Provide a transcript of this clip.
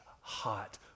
hot